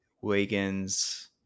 Wiggins